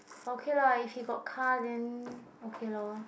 but okay lah if he got car then okay lor